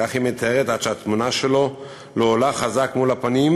כך היא מתארת: עד שהתמונה שלו לא עולה חזק מול הפנים,